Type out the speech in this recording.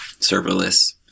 serverless